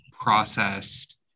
processed